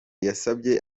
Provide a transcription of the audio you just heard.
yasabye